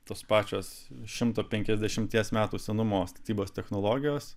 tos pačios šimto penkiasdešimties metų senumo statybos technologijos